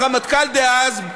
הרמטכ"ל דאז,